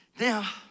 Now